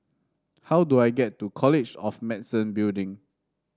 how do I get to College of Medicine Building